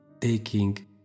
taking